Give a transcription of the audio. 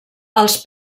als